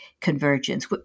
convergence